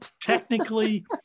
Technically